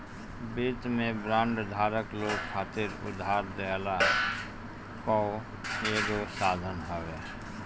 वित्त में बांड धारक लोग खातिर उधार देहला कअ एगो साधन हवे